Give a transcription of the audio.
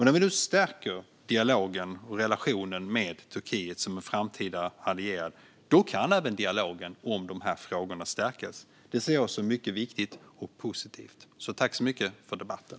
När vi nu stärker dialogen och relationen med Turkiet som en framtida allierad kan även dialogen om dessa frågor stärkas. Det ser jag som mycket viktigt och positivt. Tack så mycket för debatten!